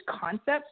concepts